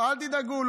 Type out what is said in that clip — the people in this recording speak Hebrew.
אל תדאגו,